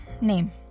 name